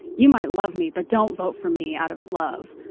you might love me, but don't vote for me out of love.